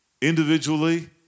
individually